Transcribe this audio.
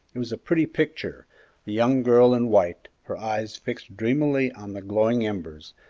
it was a pretty picture the young girl in white, her eyes fixed dreamily on the glowing embers,